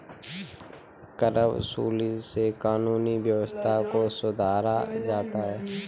करवसूली से कानूनी व्यवस्था को सुधारा जाता है